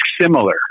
similar